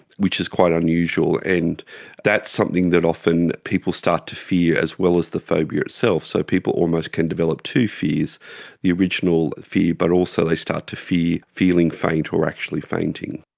which is quite unusual, and that's something that often people start to fear as well as the phobia itself, so people almost can develop two fears the original fear, but also they start to fear feeling faint or actually fainting.